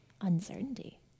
uncertainty